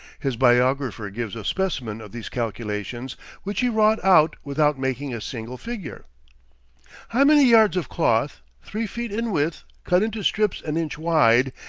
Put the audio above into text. his biographer gives a specimen of these calculations which he wrought out without making a single figure how many yards of cloth, three feet in width, cut into strips an inch wide,